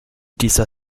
dieser